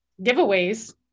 giveaways